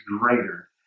greater